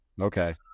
Okay